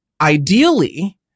ideally